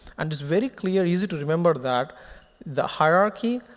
and it's very clear, easy to remember that the hierarchy,